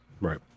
Right